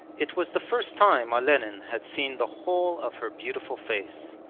it was the first time olenin had seen the whole of her beautiful face.